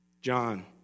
John